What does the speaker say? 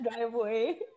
driveway